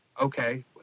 okay